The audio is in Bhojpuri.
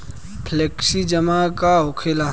फ्लेक्सि जमा का होखेला?